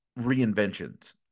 reinventions